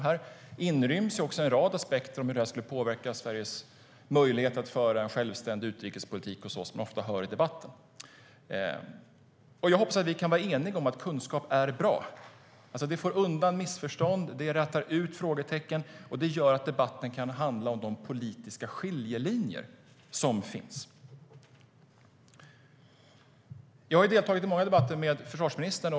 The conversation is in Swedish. Här inryms en rad aspekter på hur detta skulle påverka Sveriges möjlighet att föra en självständig utrikespolitik, vilket vi ofta hör om i debatten. Jag har deltagit i många debatter med försvarsministern.